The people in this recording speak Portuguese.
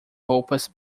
roupas